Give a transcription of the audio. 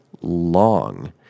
long